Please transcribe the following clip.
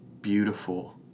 beautiful